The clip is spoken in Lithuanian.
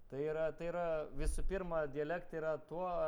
tai yra tai yra visų pirma dialektai yra tuo